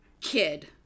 kid